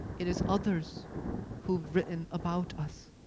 it is others who've written about us,